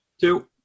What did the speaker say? two